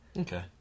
okay